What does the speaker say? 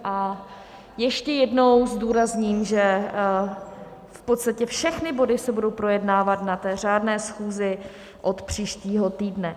A ještě jednou zdůrazním, že v podstatě všechny body se budou projednávat na té řádné schůzi od příštího týdne.